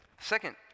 Second